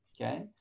okay